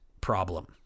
problem